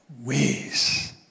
ways